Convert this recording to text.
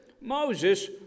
Moses